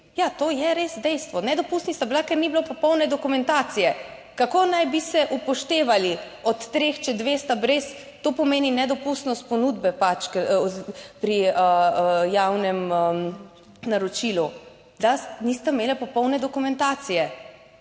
ja to je res dejstvo, nedopustni sta bili, ker ni bilo popolne dokumentacije. Kako naj bi se upoštevali od treh, če dve sta brez, to pomeni nedopustnost ponudbe, pač, pri javnem naročilu, da nista imela popolne dokumentacije,